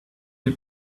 you